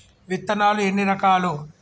విత్తనాలు ఎన్ని రకాలు?